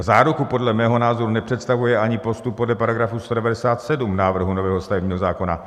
Záruku podle mého názoru nepředstavuje ani postup podle § 197 návrhu nového stavebního zákona.